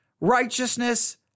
righteousness